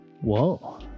Whoa